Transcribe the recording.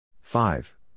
Five